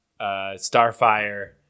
Starfire